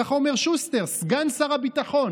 ככה אומר שוסטר, סגן שר הביטחון.